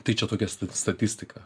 tai čia tokia stati statistika